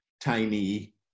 tiny